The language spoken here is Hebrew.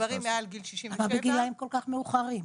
למה בגילאים כל כך מאוחרים?